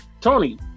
Tony